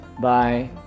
Bye